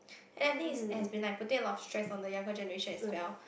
and I think it's it has been like putting a lot of stress on the younger generation as well